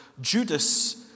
Judas